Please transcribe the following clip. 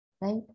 Right